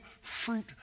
fruit